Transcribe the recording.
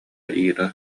ира